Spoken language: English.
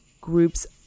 group's